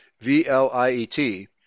V-L-I-E-T